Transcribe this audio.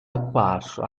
apparso